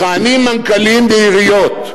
מכהנים מנכ"לים בעיריות,